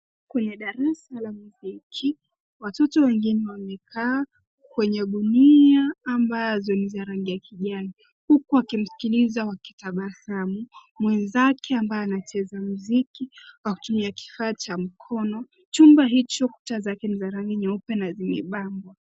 Kwenye darasa la muziki, watoto wengine wamekaa kwenye gunia ambazo ni za rangi ya kijani, huku akimsikiliza wakitabasamu, mwenzake, ambaye anacheza muziki kwa kutumia kifaa cha mkono. Chumba hicho kuta zake ni za rangi nyeupe na zimepambwa.